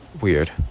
weird